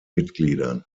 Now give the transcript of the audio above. mitgliedern